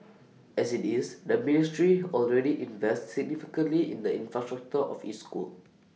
as IT is the ministry already invests significantly in the infrastructure of IT school